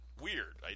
Weird